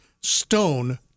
stone